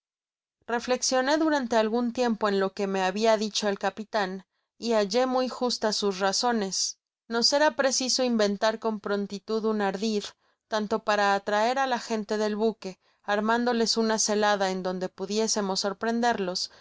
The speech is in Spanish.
reflexioné durante algun tiempo en lo que me habia dicho el capitan y hallé muy justas sus razones nos era preciso inventar con prontitud un ardid tanto para atraer á la gente del buque armándoles una celada en donde pudiésemos sorprenderlos